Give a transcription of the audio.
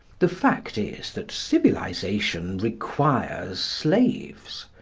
the fact is, that civilisation requires slaves.